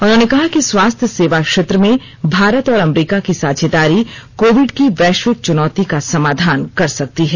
उन्होंने कहा कि स्वास्थ्य सेवा क्षेत्र में भारत और अमरीका की साझेदारी कोविड की वैश्विक चुनौती का समाधान कर सकती है